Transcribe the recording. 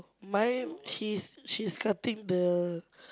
mine she's she's cutting the